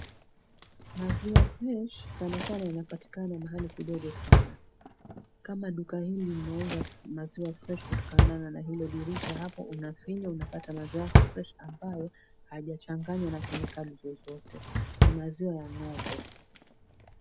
Maziwa fresh sana sana inapatikana mahali kidogo sana. kama duka hili linauza maziwa fresh kutokana na hilo dirisha hapo unafinya unapata maziwa yako fresh ambayo hayajachanganywa na kemikali zozote. Ni maziwa ya ng'ombe.